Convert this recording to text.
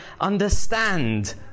understand